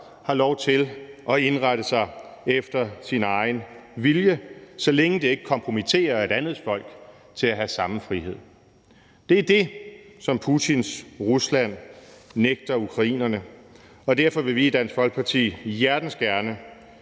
har lov til at indrette sig efter sin egen vilje, så længe det ikke kompromitterer et andet folks frihed. Det er det, som Putins Rusland nægter ukrainerne. Derfor vil vi i Dansk Folkeparti hjertens gerne